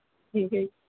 ਠੀਕ ਹੈ ਜੀ